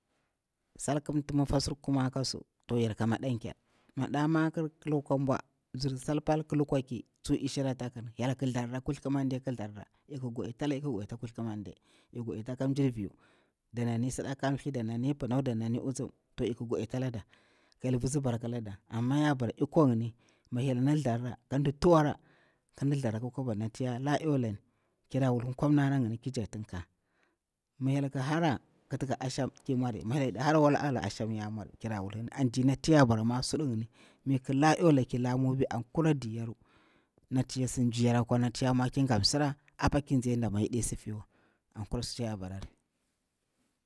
Sal ki mti mafa surkumar ka su, toh yarga madanchar, maɗa maƙir ki lukwa bwa, mzir sal pal ki lukwa ƙi, tsu i shira a ta kir. Toh hyel ƙi tharra, kuthi ƙimanɗe ki tharra, ik gwaditi ka hyel ik gwaditi ala kuthli ki mande, ik gwaditi ala mjir viu, dama ni sadaka mthli, dana ni pinau, da na ni. ntsum, toh ik gwaditiala da, ka hyel vitsi barka alaɗa, amma ya bara akwa ngini ma hyel ana tharra kaɗi tuwarra kaɗi thorra ka ƙwaba nati yalaa yola ni, kira wul nkwarmana ki jakti koh, mi hyel ki hara kitka asham ya mwari kira wulhini, an diya nati ya bara mwari suɗuni, mi ik la yola ki la mubi, an kura nɗi nati ik sidi myiryaru akwa nati ya mwa ki ghati msira, apaki nzirnzi adama ya ɗey siwa, an kura sitiya barari.